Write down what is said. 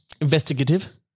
investigative